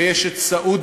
ויש את סעודיה,